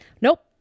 Nope